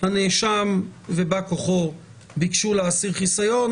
הנאשם ובא כוחו ביקשו להסיר חיסיון.